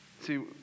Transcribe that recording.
See